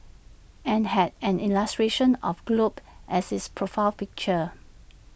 and had an illustration of A globe as its profile picture